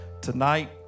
tonight